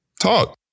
talk